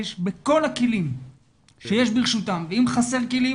בכל הכלים שיש ברשותם ואם חסר כלים,